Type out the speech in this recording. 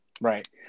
Right